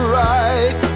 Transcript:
right